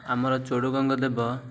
ଆମର ଚୋଡ଼ଗଙ୍ଗ ଦେବ